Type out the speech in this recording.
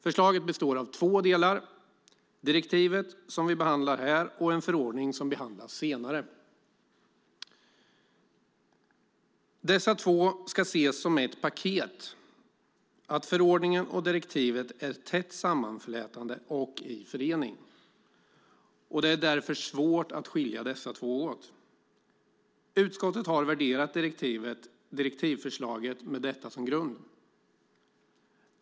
Förslaget består av två delar, direktivet som vi behandlar här och en förordning som behandlas senare. Dessa två ska ses som ett paket, att förordningen och direktivet är tätt sammanflätade och i förening, och det är därför svårt att skilja de två åt. Utskottet har värderat direktivförslaget med detta som grund.